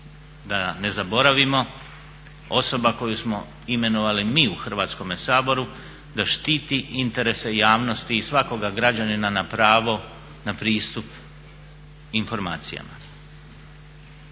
Da ne zaboravimo osoba koju smo imenovali mi u Hrvatskome saboru da štiti interese javnosti i svakoga građanina na pravo na pristup informacijama.